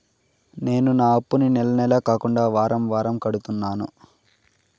నేను నా అప్పుని నెల నెల కాకుండా వారం వారం కడుతున్నాను